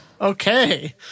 Okay